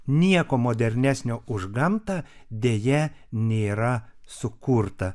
nieko modernesnio už gamtą deja nėra sukurta